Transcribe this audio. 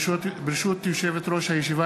ברשות יושבת-ראש הישיבה,